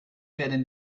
werden